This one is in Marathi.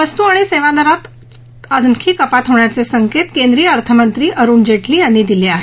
वस्तू आणि सेवा कराच्या दरात आणखी कपात होण्याचे संकेत केंद्रीय अर्थमंत्री अरुण जेटली यांनी दिले आहेत